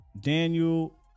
Daniel